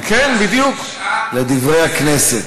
ל"דברי הכנסת".